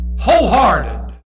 Wholehearted